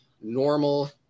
normal